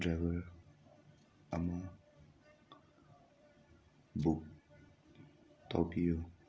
driver ꯑꯃ book ꯇꯧꯕꯤꯌꯨ